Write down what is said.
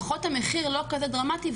לפחות המחיר הוא לא כזה דרמטי,